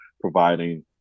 providing